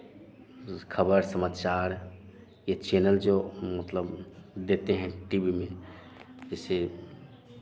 news खबर समाचार ये चैनल जो मतलब देते हैं टी वी में जैसे